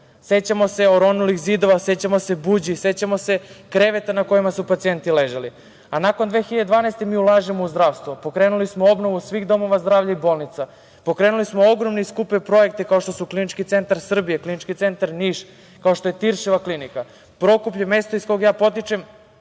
Sećamo se oronulih zidova, sećamo se buđi, sećamo se kreveta na kojima su pacijenti ležali. Nakon 2012. godine mi ulažemo u zdravstvo. Pokrenuli smo obnovu svih domova zdravlja i bolnica. Pokrenuli smo ogromne i skupe projekte kao što Klinički centar Srbije, Klinički centar Niš, kao što je Tiršova klinika. Prokuplje mesto iz koga ja potičem